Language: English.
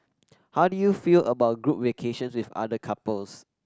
how do you feel about group vacation with other couples